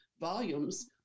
volumes